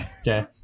Okay